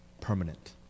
Permanent